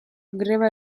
greba